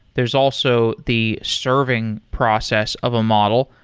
there's also the serving process of a model,